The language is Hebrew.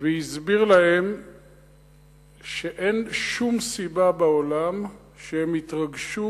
והסביר להם שאין שום סיבה בעולם שהם יתרגשו